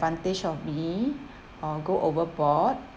~vantage of me or go overboard